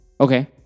okay